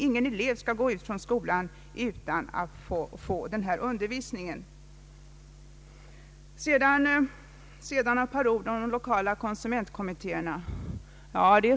Ingen elev skall gå ut från skolan utan att ha fått undervisning på detta område. Sedan ett par ord om de lokala konsumentkommittéerna.